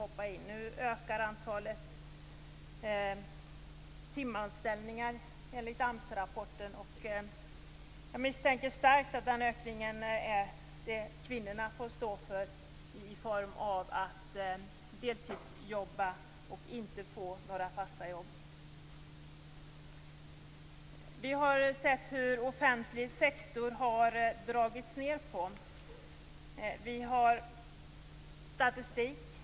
Nu ökar enligt AMS-rapporten antalet timanställningar, och jag misstänker starkt att det är kvinnorna som får stå för den ökningen, genom att de inte får några fasta jobb. Vi har sett hur man har dragit ned på den offentliga sektorn.